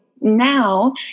Now